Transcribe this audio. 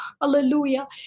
hallelujah